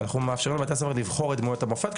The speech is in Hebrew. אנחנו מאפשרים לבתי הספר לבחור את דמויות המופת,